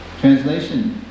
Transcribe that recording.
Translation